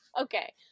Okay